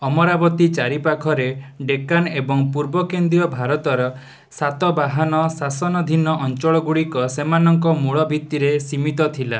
ଅମରାବତୀ ଚାରିପାଖରେ ଡେକାନ୍ ଏବଂ ପୂର୍ବ କେନ୍ଦ୍ରୀୟ ଭାରତରେ ସାତବାହନ ଶାସନାଧୀନ ଅଞ୍ଚଳ ଗୁଡ଼ିକ ସେମାନଙ୍କର ମୂଳ ଭିତ୍ତିରେ ସୀମିତ ଥିଲା